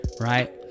right